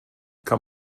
kann